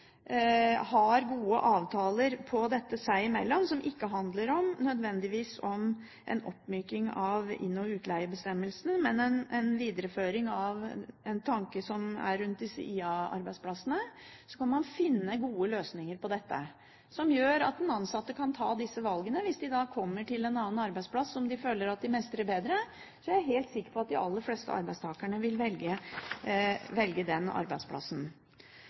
har gode avtaler seg imellom på dette området, som ikke nødvendigvis handler om en oppmyking av inn- og utleiebestemmelsene, men om en videreføring av det som er tanken rundt disse IA-arbeidsplassene, kan man finne gode løsninger som gjør at den ansatte kan ta disse valgene. Hvis de da kommer til en annen arbeidsplass som de føler at de mestrer bedre, er jeg helt sikker på at de aller fleste arbeidstakerne vil velge den arbeidsplassen.